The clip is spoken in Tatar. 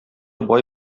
бай